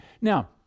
Now